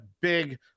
big